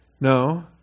No